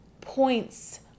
points